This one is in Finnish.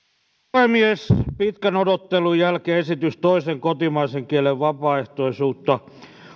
puhemies pitkän odottelun jälkeen esitys toisen kotimaisen kielen vapaaehtoisuutta